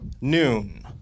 noon